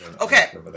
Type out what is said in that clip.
okay